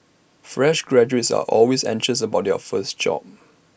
fresh graduates are always anxious about their first job